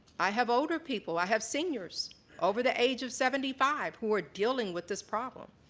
i have older people, i have seniors over the age of seventy five who are dealing with this problem.